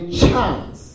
chance